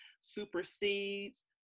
supersedes